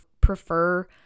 prefer